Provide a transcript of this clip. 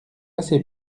assez